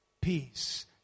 peace